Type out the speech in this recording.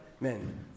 men